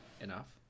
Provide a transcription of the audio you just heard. enough